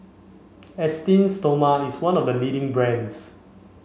Esteem Stoma is one of the leading brands